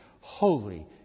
holy